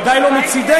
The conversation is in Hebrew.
ודאי לא מצדנו.